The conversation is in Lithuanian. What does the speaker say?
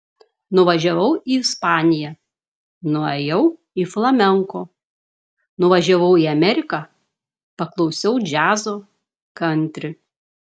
nuvažiavau į ispaniją nuėjau į flamenko nuvažiavau į ameriką paklausiau džiazo kantri